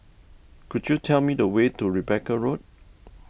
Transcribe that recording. could you tell me the way to Rebecca Road